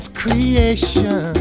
creation